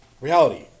Reality